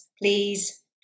please